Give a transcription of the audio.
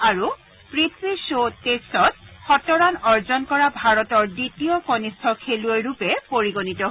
আৰু পৃথি খ টেষ্টত শতৰাণ অৰ্জন কৰা ভাৰতৰ দ্বিতীয় কনিষ্ঠ খেলুৱৈ ৰূপে পৰিগণিত হৈছে